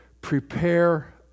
prepare